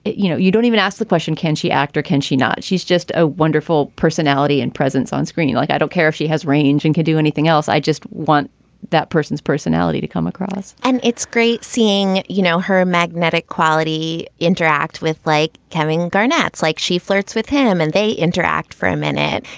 you know, you don't even ask the question, can she actor, can she not? she's just a wonderful personality and presence on screen. like, i don't care if she has range and could do anything else. i just want that person's personality to come across and it's great seeing, you know, her magnetic quality interact with like camming garnett's like she flirts with him and they interact for a minute.